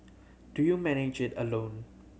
do you manage it alone